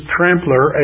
Trampler